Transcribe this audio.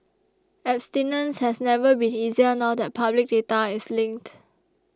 abstinence has never been easier now that public data is linked